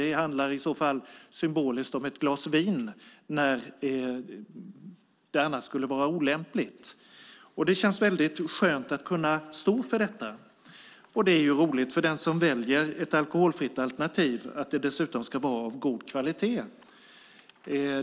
Det handlar i så fall symboliskt om ett glas vin när det skulle vara olämpligt. Det känns skönt att kunna stå för detta. Det är roligt för den som väljer ett alkoholfritt alternativ att det dessutom ska vara av god kvalitet.